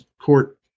court